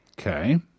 Okay